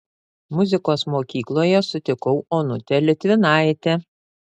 muzikos mokykloje sutikau onutę litvinaitę